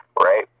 right